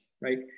right